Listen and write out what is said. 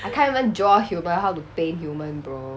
I can't even draw human how to paint human bro